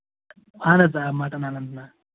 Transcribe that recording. اَہن حظ آ مَٹَن اَننٛت ناگ